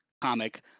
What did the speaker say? comic